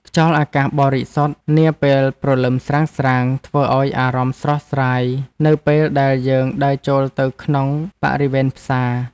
ខ្យល់អាកាសបរិសុទ្ធនាពេលព្រលឹមស្រាងៗធ្វើឱ្យអារម្មណ៍ស្រស់ស្រាយនៅពេលដែលយើងដើរចូលទៅក្នុងបរិវេណផ្សារ។